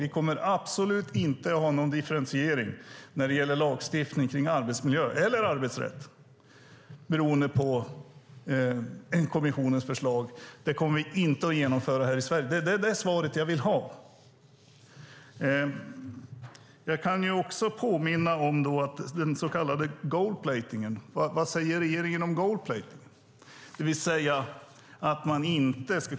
Vi kommer absolut inte att ha en differentiering när det gäller lagstiftning kring arbetsmiljö eller arbetsrätt baserat på kommissionen förslag. Det kommer vi inte att genomföra i Sverige. Det är svaret jag vill ha. Jag kan också påminna om så kallad gold-plating. Vad säger regeringen om det?